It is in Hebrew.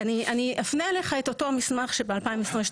אנחנו סבורים שצריך לשמור על מעמדו של